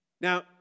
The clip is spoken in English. Now